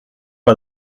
pas